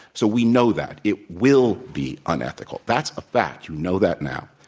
so, we know that, it will be unethical. that's a fact. you know that now.